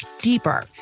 deeper